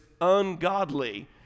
ungodly